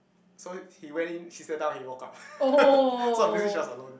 so he went in he sat down he walked out so obviously she was alone